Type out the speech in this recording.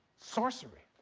sorcery.